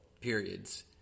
periods